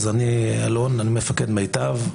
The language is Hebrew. אני מפקד מיטב,